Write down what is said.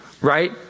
right